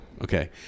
Okay